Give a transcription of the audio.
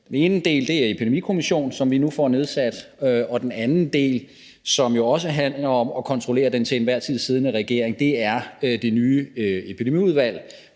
Den ene del er Epidemikommissionen, som vi nu får nedsat, og den anden del, som jo også handler om at kontrollere den til enhver tid siddende regering, er det nye Epidemiudvalg,